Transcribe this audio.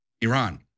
Iran